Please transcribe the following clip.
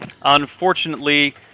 Unfortunately